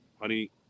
honey